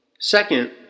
Second